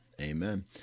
amen